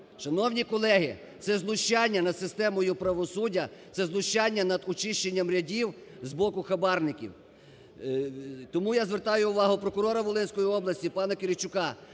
Шановні колеги, це знущання над системою правосуддя, це знущання над очищенням рядів з боку хабарників. Тому я звертаю увагу прокурора Волинської області пана Киричука,